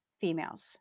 females